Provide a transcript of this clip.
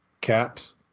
caps